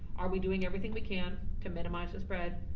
are we doing everything we can to minimize the spread?